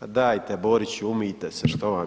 ma dajte Boriću umijte se što vam.